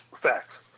Facts